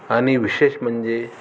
आणि विशेष म्हणजे